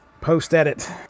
post-edit